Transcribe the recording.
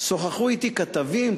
שוחחו אתי כתבים,